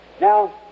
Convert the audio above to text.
Now